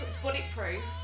Bulletproof